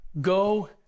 Go